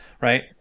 Right